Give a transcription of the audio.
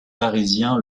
parisien